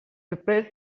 prepared